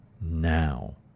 now